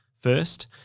first